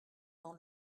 dans